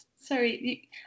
sorry